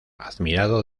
admirado